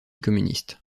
communiste